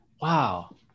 Wow